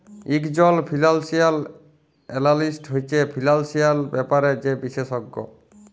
ইকজল financial analyst হছে financial ব্যাপারে যে বিশেষজ্ঞ